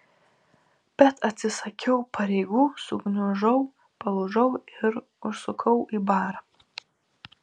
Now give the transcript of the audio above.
bet atsisakiau pareigų sugniužau palūžau ir užsukau į barą